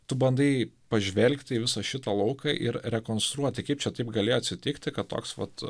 tu bandai pažvelgti į viso šito lauką ir rekonstruoti kaip čia taip galėjo atsitikti kad toks vat